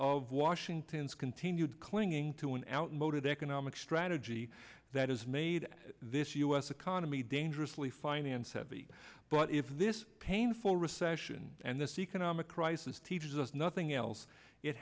of washington's continued clinging to an outmoded economic strategy that has made this us economy dangerously finance heavy but if this painful recession and this economic crisis teaches us nothing else it